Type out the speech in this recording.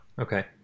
okay